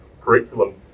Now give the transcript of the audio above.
curriculum